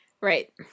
Right